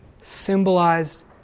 symbolized